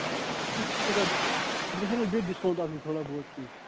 مےٚ چھُنہٕ حظ بیٚیہِ ڈِسکاوُنٛٹ آسُن بیٚیہِ تھوڑا بہت کیٚنٛہہ